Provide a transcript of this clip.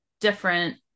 different